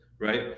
Right